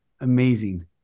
Amazing